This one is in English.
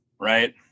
Right